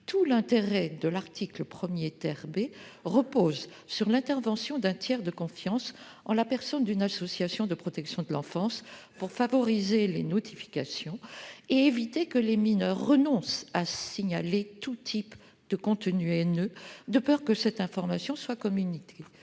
Tout l'intérêt de l'article 1 B repose sur l'intervention d'un tiers de confiance, que constitue une association de protection de l'enfance, afin de favoriser les notifications et d'éviter que les mineurs ne renoncent à signaler tout type de contenu haineux, de peur que cette information ne soit communiquée